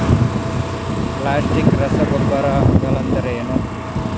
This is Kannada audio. ಪ್ಲಾಸ್ಟಿಕ್ ರಸಗೊಬ್ಬರಗಳೆಂದರೇನು?